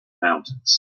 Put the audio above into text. mountains